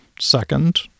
Second